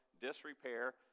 disrepair